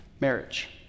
marriage